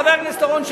חבר הכנסת אורון,